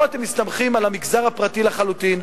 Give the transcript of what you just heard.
פה אתם מסתמכים על המגזר הפרטי לחלוטין,